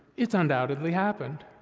it's undoubtedly happened.